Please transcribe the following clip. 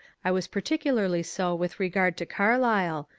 i was particularly so with regard to carlyle,